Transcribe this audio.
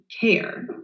care